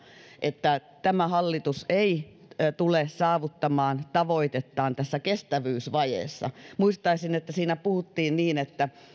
että tämä hallitus ei tule saavuttamaan tavoitettaan kestävyysvajeessa muistaisin että siinä puhuttiin niin että